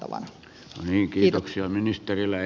no niin kiitoksia ministerille